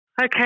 Okay